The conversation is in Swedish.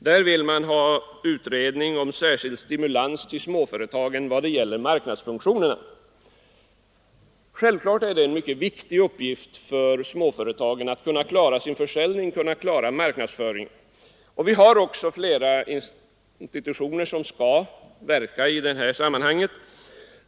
Man vill ha en utredning om särskild stimulans till småföretagens marknadsföringsfunktioner. Självklart är det en mycket viktig uppgift för småföretagen att kunna klara sin försäljning och marknadsföring. Vi har också flera institutioner som skall verka i detta sammanhang.